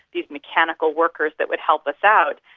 these mechanical workers that would help us out.